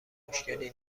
مشکلی